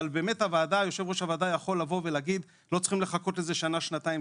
אבל יו"ר הוועדה יכול לבוא ולהגיד שלא צריכים לחכות לזה שנה-שנתיים,